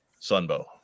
Sunbow